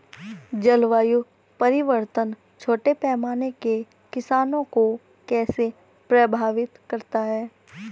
जलवायु परिवर्तन छोटे पैमाने के किसानों को कैसे प्रभावित करता है?